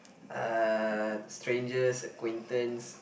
uh strangers acquaintance